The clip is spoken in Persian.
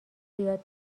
زیاد